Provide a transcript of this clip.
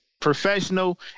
professional